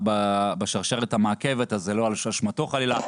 בשרשרת המעכבת אז זו לא אשמתו חלילה,